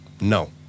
no